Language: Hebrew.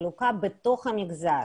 החלוקה בתוך המגזר.